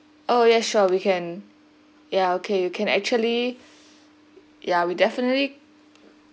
oh ya sure we can ya okay you can actually ya we definitely